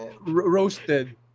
Roasted